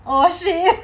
oh shit right